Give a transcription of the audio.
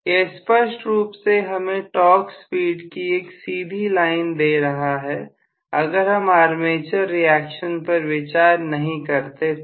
यह स्पष्ट रूप से हमें टॉर्क स्पीड की एक सीधी लाइन दे रहा है अगर हम आर्मेचर रिएक्शन पर विचार नहीं करते तो